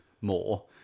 more